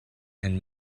and